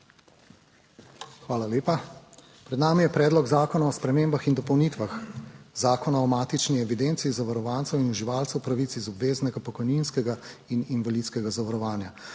je z drugo obravnavo Predloga zakona o spremembah in dopolnitvah Zakona o matični evidenci zavarovancev in uživalcev pravic iz obveznega pokojninskega in invalidskega zavarovanja